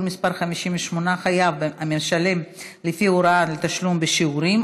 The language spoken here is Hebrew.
מס' 58) (חייב המשלם לפי הוראה לתשלום בשיעורים),